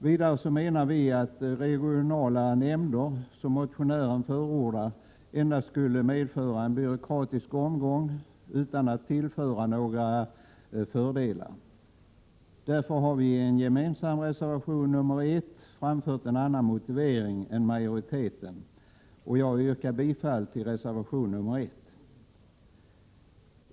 Vidare menar vi att regionala nämnder, som motionären förordar, endast skulle medföra en byråkratisk omgång utan att medföra några fördelar. Därför har vi i en gemensam reservation, nr 1, framfört en annan motivering än majoriteten, och jag yrkar bifall till reservation 1.